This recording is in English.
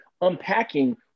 unpacking